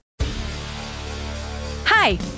Hi